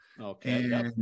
Okay